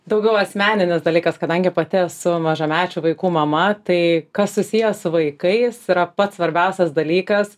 daugiau asmeninis dalykas kadangi pati esu mažamečių vaikų mama tai kas susiję su vaikais yra pats svarbiausias dalykas